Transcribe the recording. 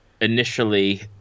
initially